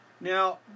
Now